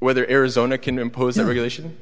whether arizona can impose a regulation